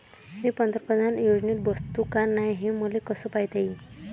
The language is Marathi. मी पंतप्रधान योजनेत बसतो का नाय, हे मले कस पायता येईन?